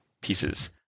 pieces